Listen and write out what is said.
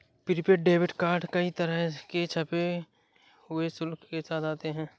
prepaid debit card कई तरह के छिपे हुए शुल्क के साथ आते हैं